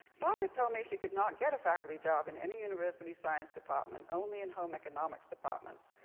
barbara told me she could not get a faculty job in any university science department, only in home economics departments.